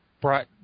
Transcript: brought